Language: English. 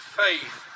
faith